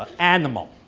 ah animal.